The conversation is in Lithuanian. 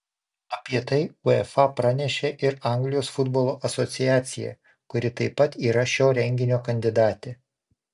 apie tai uefa pranešė ir anglijos futbolo asociacija kuri taip pat yra šio renginio kandidatė